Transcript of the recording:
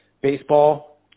baseball